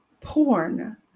porn